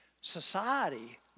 Society